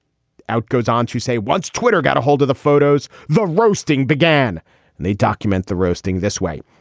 out goes on to say, once twitter got a hold of the photos, the roasting began and they document the roasting this way.